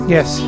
Yes